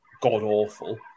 god-awful